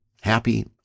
happy